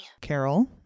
Carol